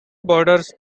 borders